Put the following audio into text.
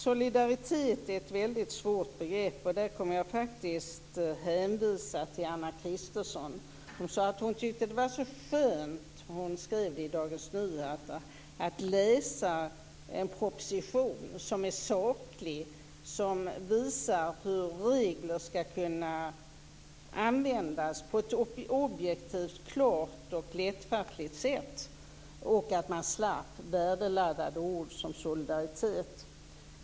Solidaritet är ett svårt begrepp. Jag hänvisar till Anna Christensens inlägg i Dagens Nyheter. Hon tycker att det är skönt att läsa en proposition som är saklig, som visar hur regler skall användas på ett objektivt, klart och lättfattligt sätt och att slippa värdeladdade ord som solidaritet.